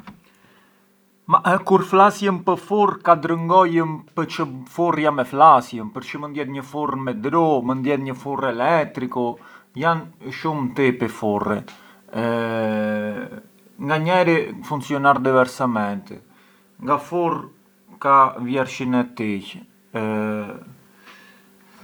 Ma kur flasjëm pë furrë, ka drëngojëm pë‘ çë furr jam e flasjëm, përç mënd jetë një furrë me dru, mënd jetë një furr elettricu, jan shumë tipi furri, nga njeri funcjonar diversamenti, nga furr ka vjershin e tij.